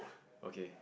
okay